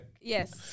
Yes